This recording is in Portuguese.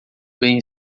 bem